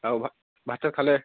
অঁ ভা ভাতটো খালে